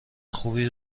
خوبی